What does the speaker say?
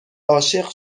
عاشق